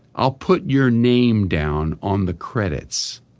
i'll put your name down on the credits.